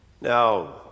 Now